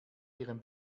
ihrem